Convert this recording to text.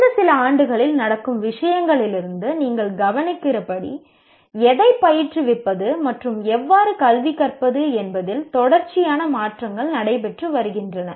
கடந்த சில ஆண்டுகளில் நடக்கும் விஷயங்களிலிருந்து நீங்கள் கவனிக்கிறபடி எதைப் பயிற்றுவிப்பது மற்றும் எவ்வாறு கல்வி கற்பது என்பதில் தொடர்ச்சியான மாற்றங்கள் நடைபெற்று வருகின்றன